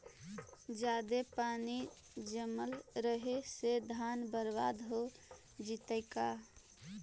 जादे पानी जमल रहे से धान बर्बाद हो जितै का?